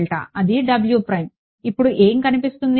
అది ఇప్పుడు ఏమి కనిపిస్తుంది